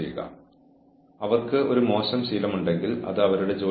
അച്ചടക്ക നടപടിക്രമങ്ങൾ ആവശ്യമായിരിക്കുന്നത് എന്തുകൊണ്ട്